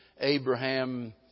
Abraham